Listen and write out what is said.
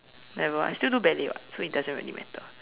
never I still do badly [what] so it doesn't really matter